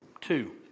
Two